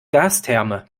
gastherme